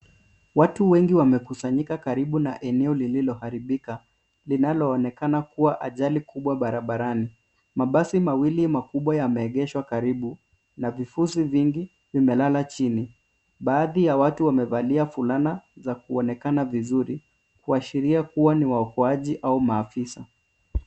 Watu wengi wamekusanyika karibu na eneo lililoharibika linaloonekana kuwa ajali kubwa barabarani. Mabasi mawili makubwa yameegeshwa na vifusi vingi vimelala chini. Baadhi ya watu wamevalia fulana za kuonekana vizuri kuashiria kuwa ni waokoaji au maafisa.